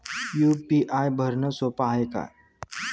UPI भरनं सोप हाय का?